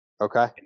Okay